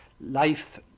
life